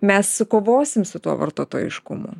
mes sukovosim su tuo vartotojiškumu